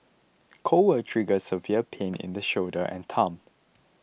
cold will trigger severe pain in the shoulder and thumb